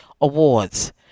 Awards